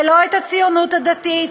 ולא את הציונות הדתית,